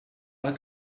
pas